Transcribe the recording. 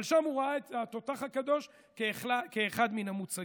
אבל שם הוא ראה את התותח הקדוש כאחד המוצגים.